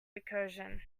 recursion